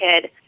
kid